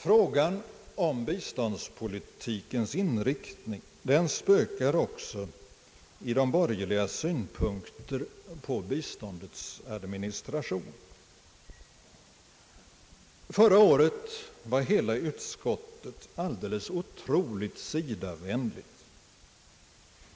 Frågan om biståndspolitikens inriktning spökar också i de borgerligas synpunkter på biståndets administration. Förra året var hela utskottet alldeles otroligt SIDA-vänligt.